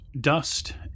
dust